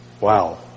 Wow